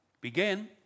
began